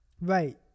right